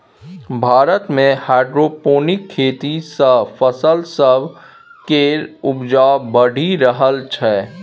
भारत मे हाइड्रोपोनिक खेती सँ फसल सब केर उपजा बढ़ि रहल छै